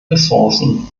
ressourcen